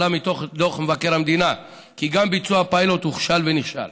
עלה מתוך דוח מבקר המדינה כי ביצוע הפיילוט הוכשל ונכשל,